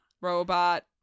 robot